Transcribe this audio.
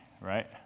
right